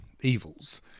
evils